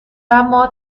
اما